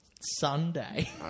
Sunday